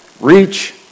REACH